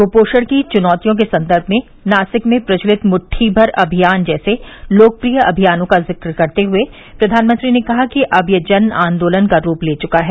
कुपोषण की चुनौतियों के संदर्भ में नासिक में प्रचलित मुद्दी भर अभियान जैसे लोकप्रिय अभियानों का उल्लेख करते हुए प्रधानमंत्री ने कहा कि यह अब जन आंदोलन का रूप ले चुका है